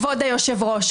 כבוד היושב-ראש,